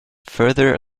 further